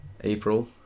April